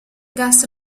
gas